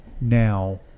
now